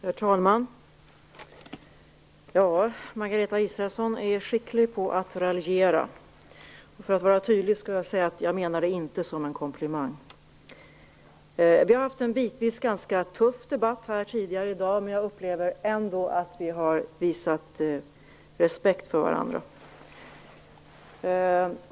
Herr talman! Margareta Israelsson är skicklig på att raljera. För att vara tydlig skall jag säga att detta inte är menat som en komplimang. Bitvis har vi tidigare i dag haft en ganska tuff debatt. Jag upplever ändå att vi har visat respekt för varandra.